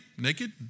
naked